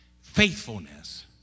Faithfulness